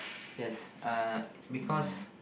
yes uh because